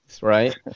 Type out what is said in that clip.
right